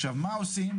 עכשיו מה עושים,